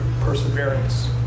perseverance